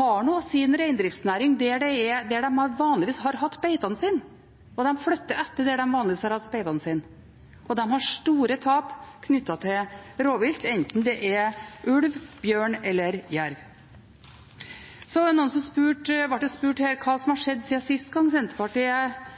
har sin reindriftsnæring der de vanligvis har hatt beitene sine, og de flytter etter der de vanligvis har hatt beitene sine. De har store tap knyttet til rovvilt, enten det er ulv, bjørn eller jerv. Det ble spurt her hva som har skjedd siden sist gang Senterpartiet